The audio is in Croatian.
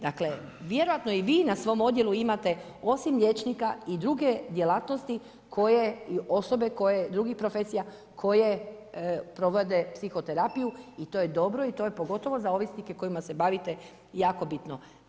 Dakle, vjerojatno i vi na svom odjelu imate osim liječnika i druge djelatnosti koje i osobe koje drugih profesija koje provode psihoterapiju i to je dobro i to je pogotovo za ovisnike kojima se bavite jako bitno.